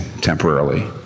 temporarily